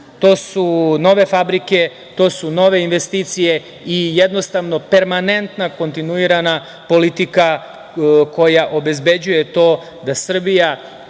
to su nove fabrike, to su nove investicije i jednostavno permanentna kontinuirana politika koja obezbeđuje to, da Srbija